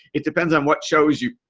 it depends on what shows you.